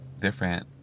different